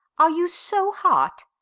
are you so hot?